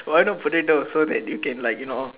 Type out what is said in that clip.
why not potato so that you can like you know